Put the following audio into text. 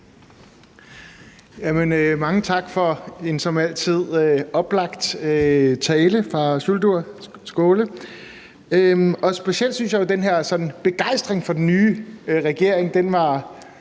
Mange tak for en som altid oplagt tale fra Sjúrður Skaale. Specielt synes jeg jo, at den her sådan begejstring for den nye regering var